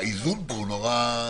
האיזון פה הוא מאוד בעייתי.